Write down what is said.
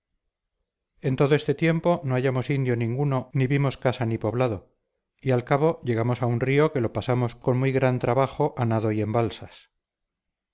en todo este tiempo no hallamos indio ninguno ni vimos casa ni poblado y al cabo llegamos a un río que lo pasamos con muy gran trabajo a nado y en balsas